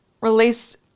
release